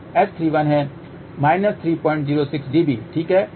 S21 S31 है 306 dB ठीक है